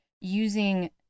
using